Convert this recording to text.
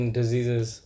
diseases